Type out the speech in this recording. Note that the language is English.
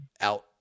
out